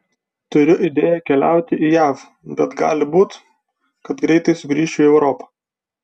turiu idėją keliauti į jav bet gali būti kad greitai sugrįšiu į europą